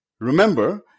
remember